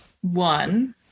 one